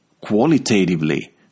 qualitatively